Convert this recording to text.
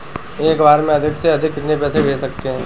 एक बार में अधिक से अधिक कितने पैसे भेज सकते हैं?